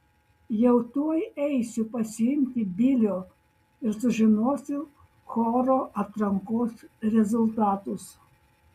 jau tuoj eisiu pasiimti bilio ir sužinosiu choro atrankos rezultatus